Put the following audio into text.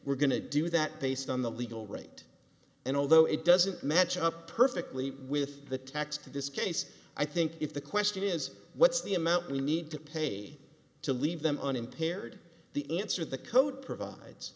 we're going to do that based on the legal rate and although it doesn't match up perfectly with the tax to this case i think if the question is what's the amount we need to pay to leave them unimpaired the answer the code provides